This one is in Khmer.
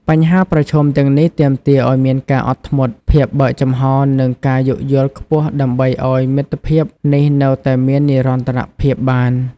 បញ្ហាប្រឈមទាំងនេះទាមទារឲ្យមានការអត់ធ្មត់ ភាពបើកចំហរនិងការយោគយល់ខ្ពស់ដើម្បីឲ្យមិត្តភាពនេះនៅតែមាននិរន្តរភាពបាន។